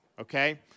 okay